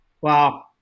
Wow